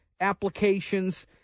applications